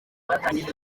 batangije